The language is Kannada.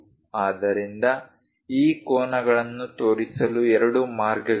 ಆದ್ದರಿಂದ ಈ ಕೋನಗಳನ್ನು ತೋರಿಸಲು ಎರಡು ಮಾರ್ಗಗಳಿವೆ